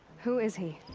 who is he.